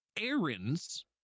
errands